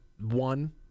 one